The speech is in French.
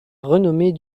renommée